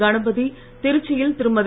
கணபதி திருச்சி யில் திருமதி